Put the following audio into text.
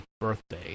birthday